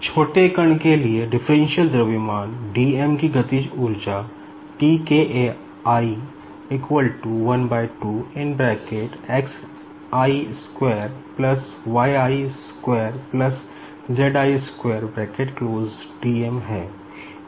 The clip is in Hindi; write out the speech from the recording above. छोटे कण के लिए डिफरेंशियल द्रव्यमान dm कीकाइनेटिक एनर्जी है